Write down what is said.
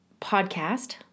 podcast